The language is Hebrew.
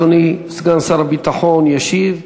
אדוני סגן שר הביטחון ישיב.